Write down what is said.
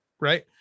right